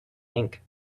ink